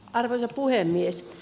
arvoisa puhemies